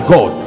God